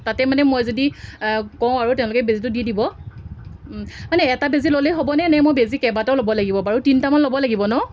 তাতে মানে মই যদি কওঁ আৰু তেওঁলোকে বেজিটো দি দিব মানে এটা বেজি ল'লে হ'বনে নে মই বেজি কেইবাটাও ল'ব লাগিব বাৰু তিনিটামান ল'ব লাগিব ন